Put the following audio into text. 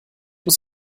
muss